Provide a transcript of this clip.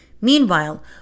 Meanwhile